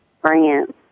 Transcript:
France